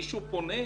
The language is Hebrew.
האם מישהו פונה?